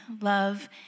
love